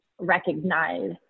recognize